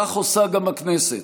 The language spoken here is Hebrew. כך עושה גם הכנסת.